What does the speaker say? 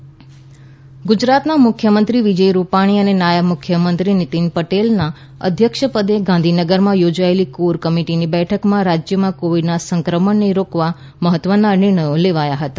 મુખ્યમંત્રી બેઠક ગુજરાતના મુખ્યમંત્રી વિજય રૂપાણી અને નાયબ મુખ્યમંત્રી નીતિન પટેલના અધ્યક્ષપદે ગાંધીનગરમાં યોજાયેલી કોર કમિટિની બેઠકમાં રાજ્યમાં કોવિડના સંક્રમણને રોકવા મહત્વના નિર્ણયો લેવાયા હતા